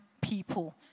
people